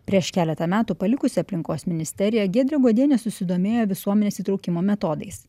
prieš keletą metų palikusi aplinkos ministeriją giedrė godienė susidomėjo visuomenės įtraukimo metodais